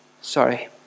sorry